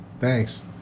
Thanks